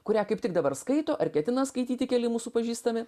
kurią kaip tik dabar skaito ar ketina skaityti keli mūsų pažįstami